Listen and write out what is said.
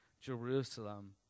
Jerusalem